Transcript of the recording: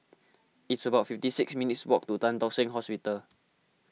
it's about fifty six minutes' walk to Tan Tock Seng Hospital